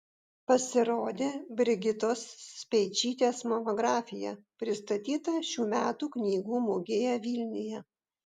pasirodė brigitos speičytės monografija pristatyta šių metų knygų mugėje vilniuje